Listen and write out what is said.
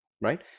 right